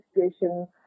situation